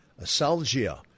asalgia